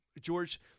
George